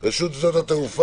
הוא היה בזום ויצא לישיבה.